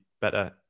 better